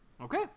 Okay